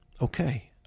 okay